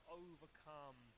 overcome